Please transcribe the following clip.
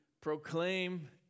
proclaim